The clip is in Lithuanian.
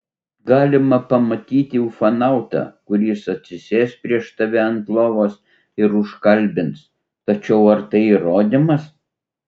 galima pamatyti ufonautą kuris atsisės prieš tave ant lovos ir užkalbins tačiau ar tai įrodymas